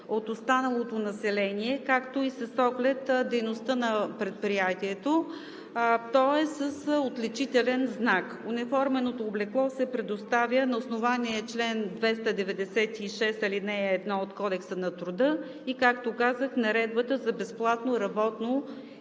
от останалото население, както и с оглед дейността на предприятието. То е с отличителен знак. Униформеното облекло се предоставя на основание чл. 296, ал. 1 от Кодекса на труда и, както казах, Наредбата за безплатно работно и униформено